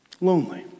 lonely